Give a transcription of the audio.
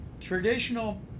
Traditional